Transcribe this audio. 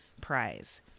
prize